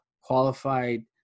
qualified